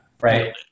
Right